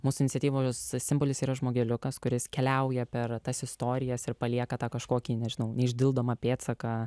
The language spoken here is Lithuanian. mūsų iniciatyvos simbolis yra žmogeliukas kuris keliauja per tas istorijas ir palieka tą kažkokį nežinau neišdildomą pėdsaką